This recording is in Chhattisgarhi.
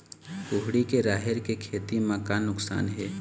कुहड़ी के राहेर के खेती म का नुकसान हे?